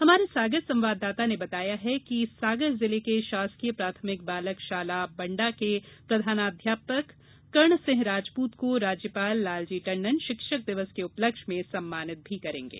हमारे सागर संवाददाता ने बताया है कि सागर जिले के शासकीय प्राथमिक बालक शाला बण्डा के प्रधानाध्यापक कर्ण सिंह राजपूत को राज्यपाल लालजी टंडन शिक्षक दिवस पर सम्मानित करेंगे